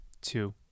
two